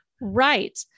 Right